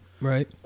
Right